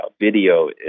video